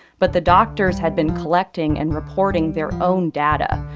but the doctors had been collecting and reporting their own data.